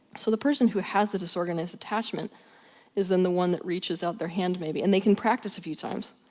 so the person who has the disorganized attachment is then the one that reaches out their hand maybe. and they can practice a few times.